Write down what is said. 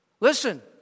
Listen